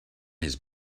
his